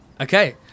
Okay